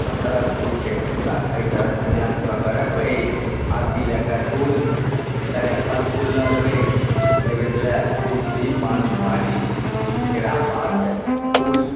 सब तरहक होइ छै तऽ एहि तरहक इन्तजाम कऽ कऽ रखबै आरती लए कर्पूर कने फल फूल लऽ लेबै नैवेद्य लए धूप दीप पान सुपारी केरा पात कुश